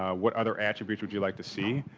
what other attributes would you like to see?